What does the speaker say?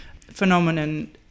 phenomenon